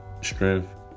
strength